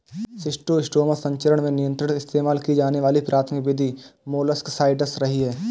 schistosoma संचरण को नियंत्रित इस्तेमाल की जाने वाली प्राथमिक विधि मोलस्कसाइड्स रही है